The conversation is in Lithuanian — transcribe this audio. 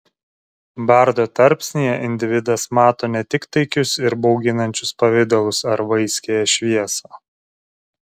bardo tarpsnyje individas mato ne tik taikius ir bauginančius pavidalus ar vaiskiąją šviesą